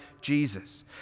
Jesus